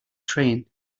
train